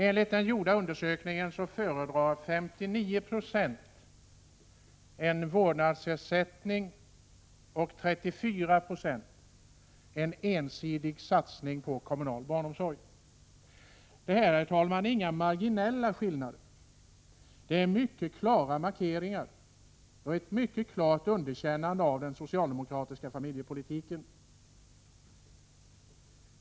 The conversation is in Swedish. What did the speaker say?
Enligt den gjorda undersökningen föredrar 59 96 en vårdnadsersättning och 34 26 en ensidig satsning på kommunal barnomsorg. Det här är, herr talman, inga marginella skillnader, utan mycket klara markeringar och ett mycket klart underkännande av den socialdemokratiska familjepolitiken.